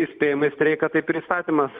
įspėjamąjį streiką taip ir įstatymas